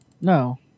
No